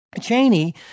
Cheney